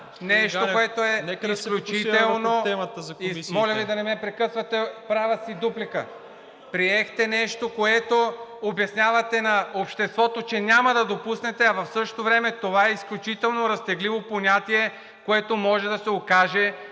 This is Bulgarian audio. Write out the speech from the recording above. комисиите! ЦОНЧО ГАНЕВ: Моля Ви да не ме прекъсвате! Правя си дуплика. Приехте нещо, с което обяснявате на обществото, че няма да допуснете, а в същото време това е изключително разтегливо понятие, което може да се окаже,